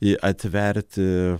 jį atverti